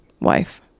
wife